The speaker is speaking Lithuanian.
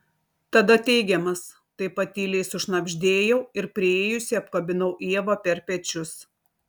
tada teigiamas taip pat tyliai sušnabždėjau ir priėjusi apkabinau ievą per pečius